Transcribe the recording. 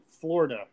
Florida